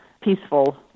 peaceful